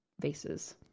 vases